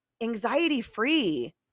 anxiety-free